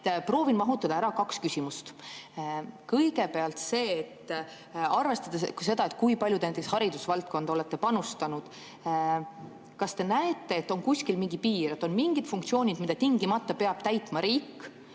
proovin mahutada ära kaks küsimust. Kõigepealt, arvestades seda, kui palju te näiteks haridusvaldkonda olete panustanud, kas te näete, et on kuskil mingi piir, on mingid funktsioonid, mida tingimata peab täitma riik,